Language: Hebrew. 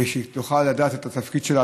כדי שהיא תוכל לדעת את התפקיד שלה,